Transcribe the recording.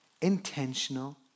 Intentional